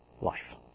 life